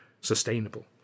sustainable